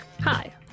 Hi